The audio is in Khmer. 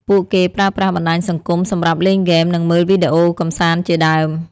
ពួកគេប្រើប្រាស់បណ្ដាញសង្គមសម្រាប់លេងហ្គេម និងមើលវីដេអូកម្សាន្តជាដើម។